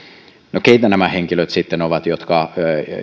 no keitä nämä henkilöt sitten ovat jotka